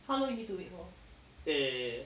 how long you need to wait for